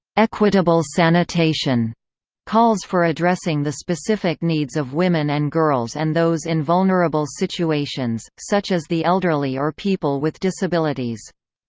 equitable sanitation calls for addressing the specific needs of women and girls and those in vulnerable situations, such as the elderly or people with disabilities.